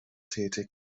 tätig